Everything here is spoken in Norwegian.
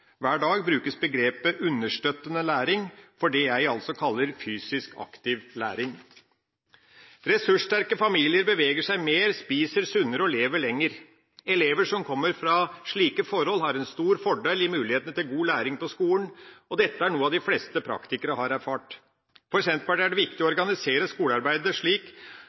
hver dag brukes begrepet «understøttende læring» for det jeg kaller «fysisk aktiv læring». Ressurssterke familier beveger seg mer, spiser sunnere og lever lenger. Elever som kommer fra slike forhold, har en stor fordel av mulighetene til god læring på skolen, og dette er noe de fleste praktikere har erfart. For Senterpartiet er det viktig å organisere skolearbeidet slik